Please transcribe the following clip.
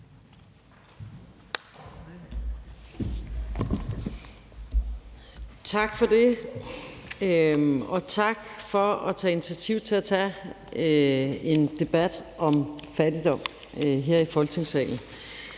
Tak for det. Og tak for at tage initiativ til en debat om fattigdom her i Folketingssalen.